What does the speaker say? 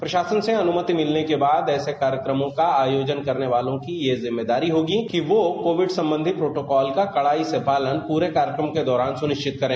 प्रशासन से अनुमति मिलने के बाद ऐसे कार्यक्रमों का आयोजन करने वालों की यह जिम्मेदारी होगी कि कोविड संबंधी प्रोटोकॉल का कड़ाई से पालन पूरे कार्यक्रम के दौरान सुनिश्चित करें